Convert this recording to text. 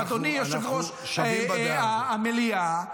אנחנו שווים בדעה הזו.